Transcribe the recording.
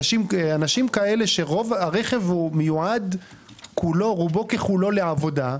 אנשים שהרכב מיועד רובו ככולו לעבודה,